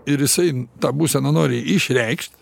ir jisai tą būseną nori išreikšt